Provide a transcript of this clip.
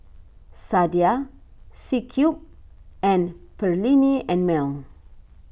Sadia C Cube and Perllini and Mel